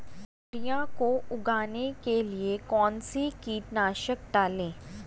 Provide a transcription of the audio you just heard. तोरियां को उगाने के लिये कौन सी कीटनाशक डालें?